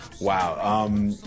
wow